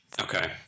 Okay